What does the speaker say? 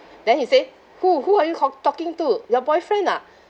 then he say who who are you talk~ talking to your boyfriend ah